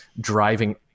driving